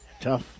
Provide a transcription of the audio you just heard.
Tough